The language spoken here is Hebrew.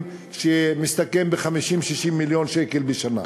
שמסתכם ב-50 60 מיליון שקל בשנה